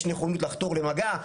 יש נכונות לחתור למגע?